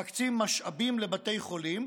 מקצים משאבים לבתי חולים,